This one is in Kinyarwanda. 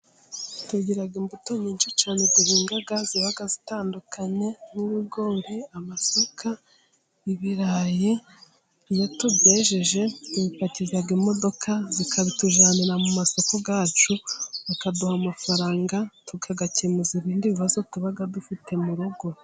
Tugira imbuto nyinshi cyane duhinga, ziba zitandukanye nk'ibigombe, amasaka, ibirayi iyo tubyejeje tubipatiza imodoka zikabituzanira mu masoko yacu, bakaduha amafaranga tukagakemuza ibindi bibazo tuba dufite mu rugo.